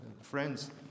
friends